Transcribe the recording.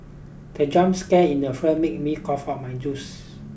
the jump scare in the film made me cough off my juice